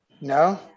No